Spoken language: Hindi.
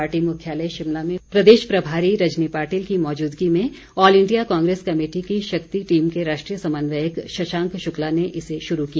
पार्टी मुख्यालय शिमला में प्रदेश प्रभारी रजनी पाटिल की मौजूदगी में ऑल इंडिया कांग्रेस कमेटी की शक्ति टीम के राष्ट्रीय समन्वयक शशांक शुक्ला ने इसे शुरू किया